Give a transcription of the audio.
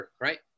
right